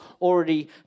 already